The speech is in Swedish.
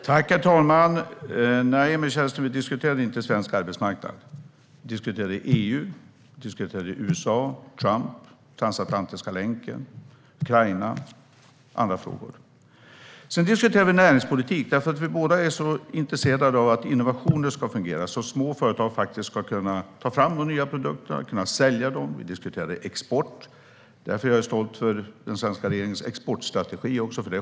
Herr talman! Nej, Emil Källström, vi diskuterade inte svensk arbetsmarknad. Vi diskuterade EU, USA, Trump, den transatlantiska länken, Ukraina och andra frågor. Vi diskuterade även näringspolitik, eftersom vi båda är så intresserade av att innovationer ska fungera så att små företag ska kunna ta fram nya produkter och kunna sälja dem. Vi diskuterade även export, och jag är därför stolt över den svenska regeringens exportstrategi.